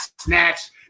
snatched